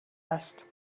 است